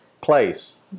place